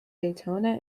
daytona